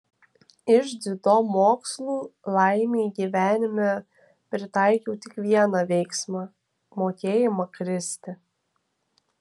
iš dziudo mokslų laimei gyvenime pritaikiau tik vieną veiksmą mokėjimą kristi